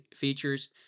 features